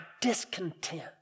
discontent